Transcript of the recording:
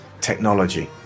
technology